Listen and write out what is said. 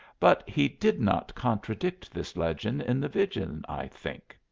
but he did not contradict this legend in the vision, i think.